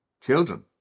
children